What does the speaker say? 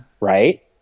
right